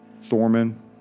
Thorman